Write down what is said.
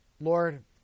Lord